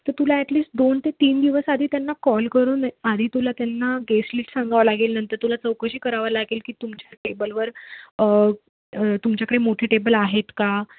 तर तुला ॲटलिस्ट दोन ते तीन दिवसआधी त्यांना कॉल करून आधी तुला त्यांना गेस्ट लीट सांगावं लागेल नंतर तुला चौकशी करावं लागेल की तुमच्या टेबलवर तुमच्याकडे मोठे टेबल आहेत का